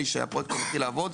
אני חוזר,